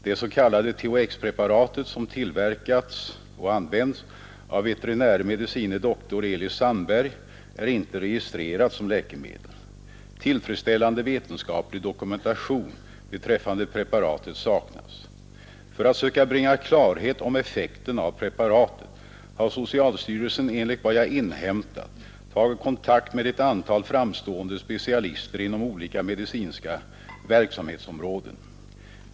Det s.k. THX-preparatet som tillverkats och använts av veterinärmedicine doktor Elis Sandberg är inte registrerat som läkemedel. Tillfredsställande vetenskaplig dokumentation beträffande preparatet saknas. För att söka bringa klarhet om effekten av preparatet har socialstyrelsen enligt vad jag inhämtat tagit kontakt med ett antal framstående specialister inom olika medicinska verksamhetsområden.